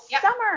summer